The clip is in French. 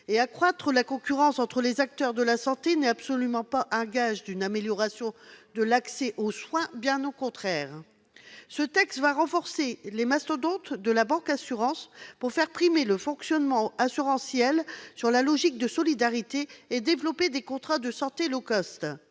Accroître la concurrence entre les acteurs de la santé n'est donc absolument pas gage d'une amélioration de l'accès aux soins, bien au contraire. Ce texte va renforcer les mastodontes de la « bancassurance », pour faire prévaloir le fonctionnement assurantiel sur la logique de solidarité et développer des contrats de santé low cost.